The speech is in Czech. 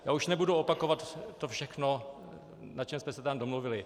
Já už nebudu opakovat to všechno, na čem jsme se tam domluvili.